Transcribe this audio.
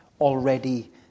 already